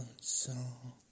song